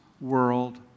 world